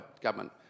government